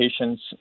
patients